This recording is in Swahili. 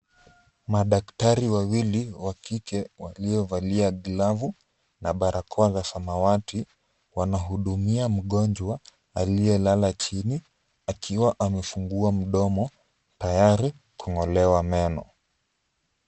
Madaktari wawili wa kike waliovalia glavu na barakoa za samawati wanahudumia mgonjwa aliyelala chini akiwa amefungua mdomo tayari kung'olewa meno.